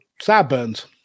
sideburns